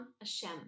Hashem